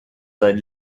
sein